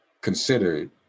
considered